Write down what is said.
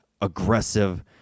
aggressive